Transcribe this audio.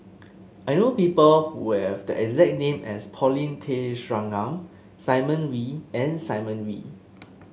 I know people who have the exact name as Paulin Tay Straughan Simon Wee and Simon Wee